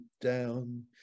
down